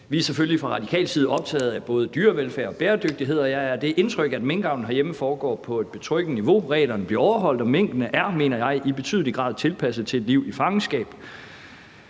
»Vi er selvfølgelig fra radikal side optaget af både dyrevelfærd og bæredygtighed. Jeg er af det indtryk, at minkavlen herhjemme foregår på et betryggende niveau, reglerne bliver overholdt, minkene er, mener jeg, i betydelig grad tilpasset et liv i fangenskab